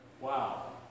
Wow